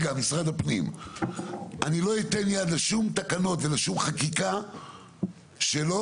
אני לא אתן יד לתקנות ולחקיקה שלא